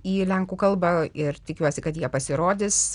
į lenkų kalbą ir tikiuosi kad jie pasirodys